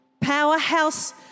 Powerhouse